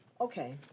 okay